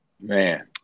Man